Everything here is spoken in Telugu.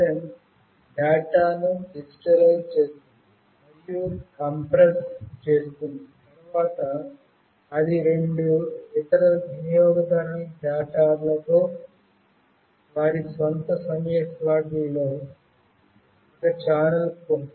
GSM డేటాను డిజిటలైజ్ చేస్తుంది మరియు కంప్రెస్ చేస్తుంది తరువాత అది రెండు ఇతర వినియోగదారుల డేటా స్ట్రీమ్ లతో వారి స్వంత సమయ స్లాట్లో ఒక ఛానెల్ కు పంపుతుంది